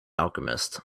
alchemist